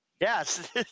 Yes